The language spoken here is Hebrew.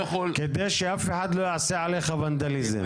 כדי שאף אחד לא יעשה ונדליזם.